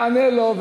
תענה לו,